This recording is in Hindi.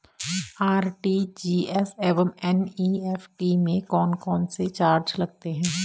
आर.टी.जी.एस एवं एन.ई.एफ.टी में कौन कौनसे चार्ज लगते हैं?